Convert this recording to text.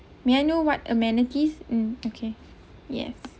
may I know what amenities mm okay yes